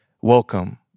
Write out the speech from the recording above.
Welcome